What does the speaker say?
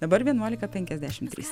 dabar vienuolika penkiasdešim trys